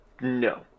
No